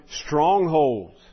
strongholds